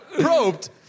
Probed